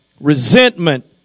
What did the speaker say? Resentment